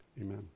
Amen